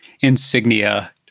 insignia